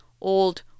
old